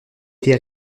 été